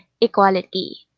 equality